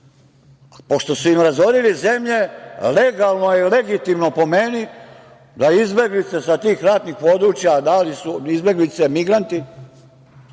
Pošto su im razorili zemlje legalno je i legitimno, po meni, da izbeglice sa tih ratnih područja, da li su izbeglice migranti,